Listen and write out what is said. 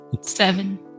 seven